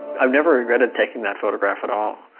i've never regretted taking that photograph at all.